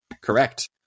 Correct